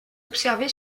observée